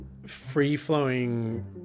free-flowing